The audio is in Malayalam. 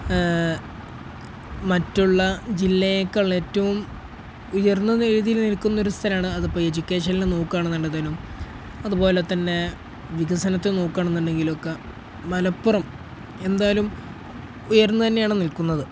മറ്റുള്ള ജില്ലയേക്കാൾ ഏറ്റവും ഉയർന്ന രീതിയിൽ നിൽക്കുന്നൊരു സ്ഥലമാണ് അതിപ്പോൾ എഡ്യൂക്കേഷനിൽ നോക്കുകയാണെന്നുണ്ടെങ്കിലും അതുപോലെത്തന്നെ വികസനത്തിൽ നോക്കുകയാണെന്നുണ്ടെങ്കിലുമൊക്കെ മലപ്പുറം എന്തായാലും ഉയർന്നുതന്നെയാണ് നിൽക്കുന്നത്